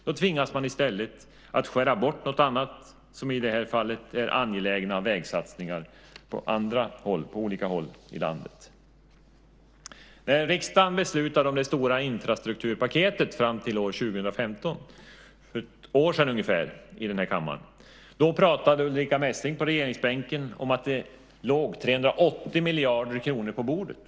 Då tvingas man i stället att skära bort något annat, som i det här fallet är angelägna vägsatsningar på olika håll i landet. När riksdagen beslutade om det stora infrastrukturpaketet fram till år 2015, för ett år sedan ungefär, i den här kammaren, pratade Ulrica Messing från regeringsbänken om att det låg 380 miljarder kronor på bordet.